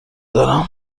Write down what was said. دارم